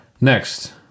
Next